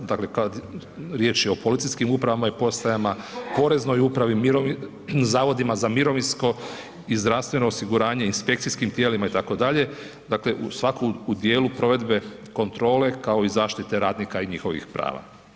Dakle kad, riječ je o policijskim uprava i postajama, poreznoj upravi, zavodima za mirovinsko i zdravstveno osiguranje, inspekcijskim tijelima, itd., dakle svako u dijelu provedbe kontrole kao i zaštite radnika i njihovih prava.